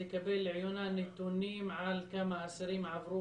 לקבל לעיונה נתונים על כמה אסירים עברו